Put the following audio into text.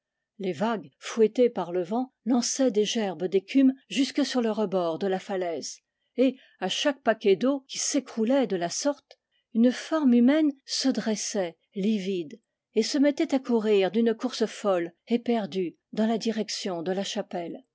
les vagues fouettées par le vent lançaient des gerbes d'écume jusque sur le rebord de la falaise et à chaque paquet d'eau qui s'écroulait de la sorte une forme humaine se dressait livide et se mettait à courir d'une course folle éperdue dans la direction de la chapelle